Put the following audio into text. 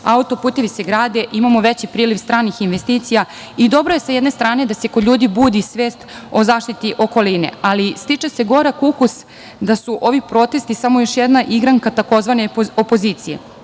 Auto-putevi se grade, imamo veći priliv stranih investicija i dobro je, sa jedne strane, da se kod ljudi budi svest o zaštiti okoline. Ali stiče se gorak ukus da su ovi protesti samo još jedna igranka tzv. opozicije.